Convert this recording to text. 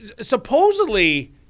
supposedly